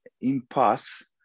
impasse